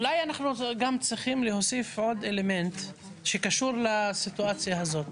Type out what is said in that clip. אולי אנחנו צריכים להוסיף עוד אלמנט שקשור לסיטואציה הזאת.